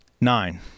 Nine